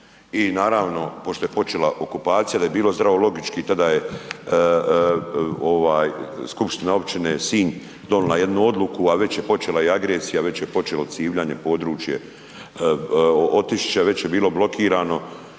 i naravno pošto je počela okupacija da je bilo zdravo logički, tada je ovaj skupština općine Sinj donila jednu odluku, a već je počela i agresija, već je počelo Civljane područje, Otišić već je bilo blokirano